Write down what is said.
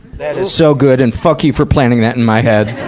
that is so good, and fuck you for planting that in my head!